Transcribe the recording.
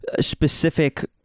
specific